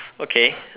okay